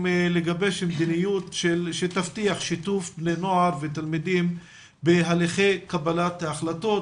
לגבש מדיניות שתבטיח שיתוף בני נוער ותלמידים בהליכי קבלת החלטות